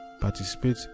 participate